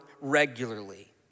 regularly